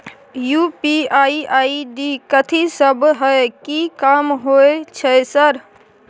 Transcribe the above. UPI ID कथि सब हय कि काम होय छय सर?